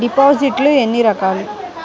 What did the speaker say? డిపాజిట్లు ఎన్ని రకాలు?